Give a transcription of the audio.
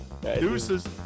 deuces